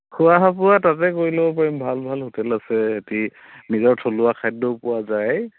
খোৱা বোৱা তাতে কৰি ল'ব পাৰিম ভাল ভাল হোটেল আছে এটি নিজৰ থলুৱা খাদ্যও পোৱা যায়